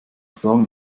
sagen